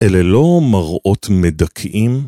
‫אלה לא מראות מדכאים?